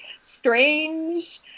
strange